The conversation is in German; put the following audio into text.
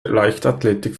leichtathletik